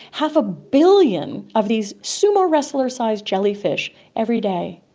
half a billion of these sumo wrestler sized jellyfish every day.